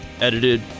Edited